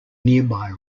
nearby